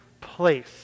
place